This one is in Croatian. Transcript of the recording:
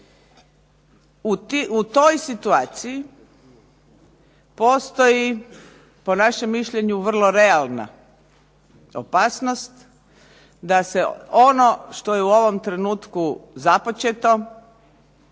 U toj situaciji postoji po našem mišljenju vrlo realna opasnost da se ono što je u ovom trenutku započeto